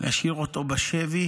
להשאיר אותו בשבי